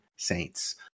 saints